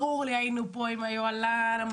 היינו פה עם היוהל"ן,